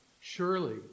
surely